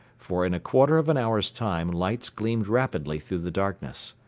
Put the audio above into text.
for in a quarter of an hour's time lights gleamed rapidly through the darkness.